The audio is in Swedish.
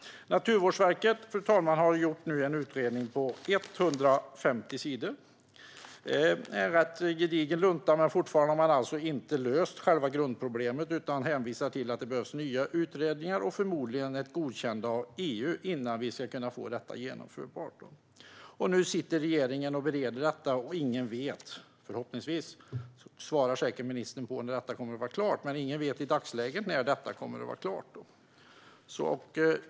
Naturvårdsverket har nu gjort en utredning på 150 sidor. Det är en ganska gedigen lunta, men fortfarande har man alltså inte löst själva grundproblemet utan hänvisar till att nya utredningar behövs liksom förmodligen även ett godkännande av EU innan vi kan få detta genomfört. Nu sitter regeringen och bereder detta. Ingen vet i dagsläget när det kommer att vara klart, men förhoppningsvis svarar ministern på det.